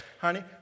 honey